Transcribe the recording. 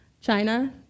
China